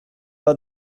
pas